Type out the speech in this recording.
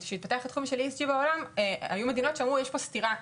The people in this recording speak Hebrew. כאשר התפתח התחום של ESG בעולם היו מדינות שאמרו יש פה סתירה,